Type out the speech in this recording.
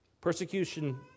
Persecution